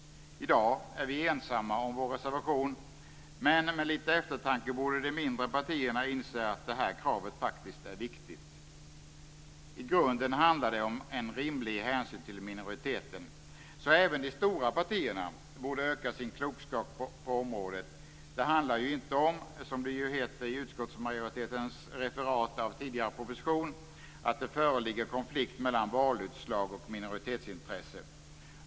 I dag är vi ensamma om vår reservation men efter lite eftertanke borde de mindre partierna inse att det här kravet faktiskt är viktigt. I grunden handlar det om en rimlig hänsyn till minoriteten, så även de stora partierna borde öka sin klokskap på området. Det handlar inte, som det heter i utskottsmajoritetens referat av tidigare proposition, om att det föreligger en konflikt mellan valutslag och minoritetsintresse.